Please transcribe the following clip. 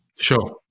Sure